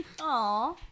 Aw